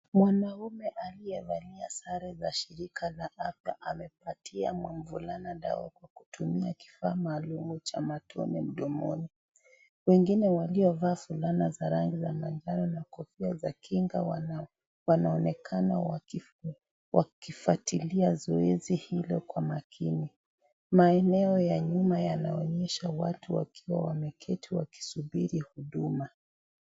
Mwanaume aliyevalia sare za shirika la afya amepatia mvulana dawa kwa kutumia kifaa maalum cha matone mdomoni. Wengine waliovaa fulana za rangi ya manjano na kofia za kinga wanaonekana wakifuatilia zoezi hilo kwa makini. Maeneo ya nyuma yanaonyesha watu wakiwa wameketi wakisubiri huduma.